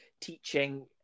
teaching